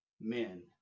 men